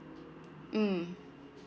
mm